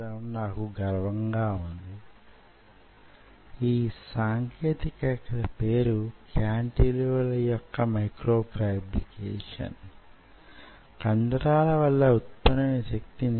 ఈ సమీకరణం చాలా యేళ్లకు మొదలు అంటే 19 వ శతాబ్దపు 9 వ దశాబ్దపు పూర్వ భాగపు వేసవిలో రూపొందించబడింది